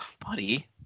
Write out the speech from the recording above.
Buddy